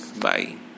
Bye